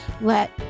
let